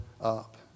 up